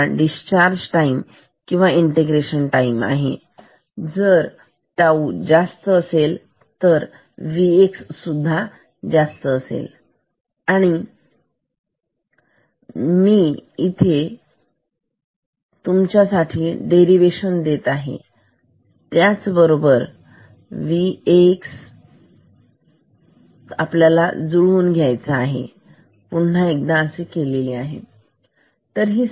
तर τ हा discharge time किंवा इंटिग्रेशन टाईम आहे जर τ जास्त असेल तर Vx जास्त होईल आणि मी इथे तुमच्यासाठी देरिवेशन देत आहे त्याबरोबर तुम्ही जुळवून बघा पुन्हा एकदा केले आहे ठीक